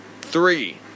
Three